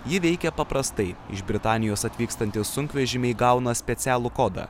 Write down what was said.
ji veikia paprastai iš britanijos atvykstantys sunkvežimiai gauna specialų kodą